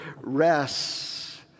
rests